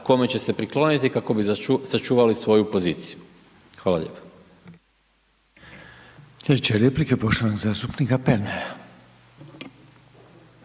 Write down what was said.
kome će se prikloniti kako bi sačuvali svoju poziciju. Hvala lijepo.